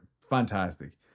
fantastic